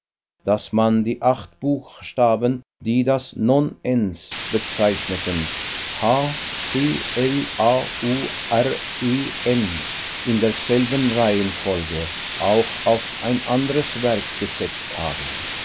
daß man die acht buchstaben die das non ens bezeichneten h c l a u r e n in derselben reihenfolge auch auf ein anderes werk gesetzt habe